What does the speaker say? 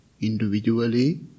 individually